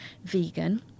vegan